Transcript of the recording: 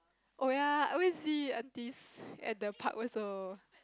oh ya I always see aunties at the park also